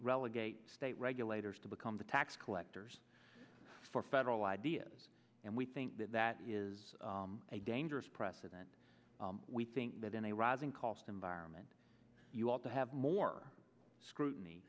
relegate state regulators to become the tax collectors for federal ideas and we think that that is a dangerous precedent we think that in a rising cost environment you ought to have more scrutiny